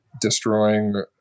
destroying